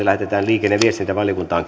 lähetetään liikenne ja viestintävaliokuntaan